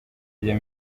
rya